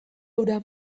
hura